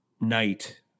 Night